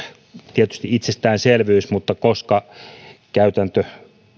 tietysti itsestäänselvyys mutta koska käytäntö